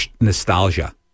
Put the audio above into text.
nostalgia